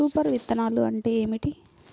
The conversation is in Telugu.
సూపర్ విత్తనాలు అంటే ఏమిటి?